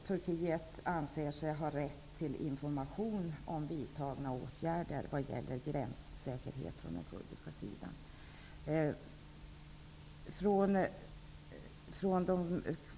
Turkiet anser sig ha rätt till information om vidtagna åtgärder vad gäller gränssäkerheten från den kurdiska sidan.